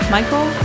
Michael